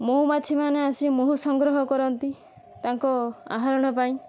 ମହୁମାଛି ମାନେ ଆସି ମହୁ ସଂଗ୍ରହ କରନ୍ତି ତାଙ୍କ ଆହରଣ ପାଇଁ